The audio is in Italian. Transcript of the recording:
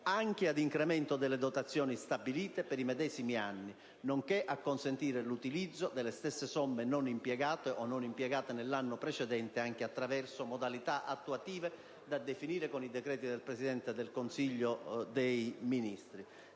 anche a incremento delle dotazioni stabilite per i medesimi anni, nonché a consentire l'utilizzo delle stesse somme non impegnate o non impiegate nell'anno precedente anche attraverso modalità attuative da definire con i decreti del Presidente del Consiglio dei ministri.